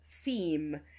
theme